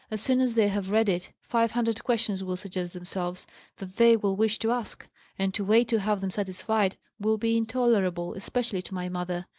as soon as they have read it, five hundred questions will suggest themselves that they will wish to ask and, to wait to have them satisfied, will be intolerable, especially to my mother.